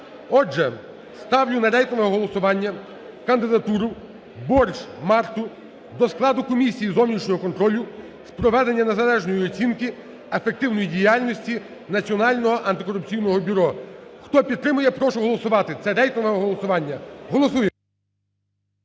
Отже, ставлю на рейтингове голосування кандидатуру Борщ Марту до складу комісії зовнішнього контролю з проведення незалежної оцінки ефективної діяльності Національного антикорупційного бюро. Хто підтримує, прошу голосувати. Це рейтингове голосування. Голосуємо.